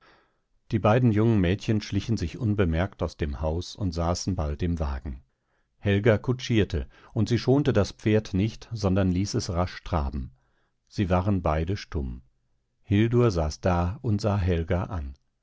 die beiden jungen mädchen schlichen sich unbemerkt aus dem haus und saßen bald im wagen helga kutschierte und sie schonte das pferd nicht sondern ließ es rasch traben sie waren beide stumm hildur saß da und sah helga an